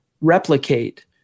replicate